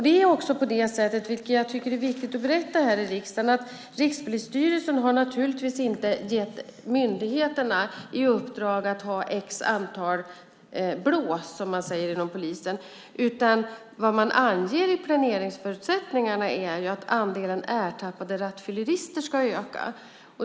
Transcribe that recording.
Det är också på det sättet, vilket jag tycker är viktigt att berätta här i riksdagen, att Rikspolisstyrelsen naturligtvis inte har gett myndigheterna i uppdrag att ha ett visst antal blås, som man säger inom polisen, utan vad man anger i planeringsförutsättningarna är att andelen ertappade rattfyllerister ska öka.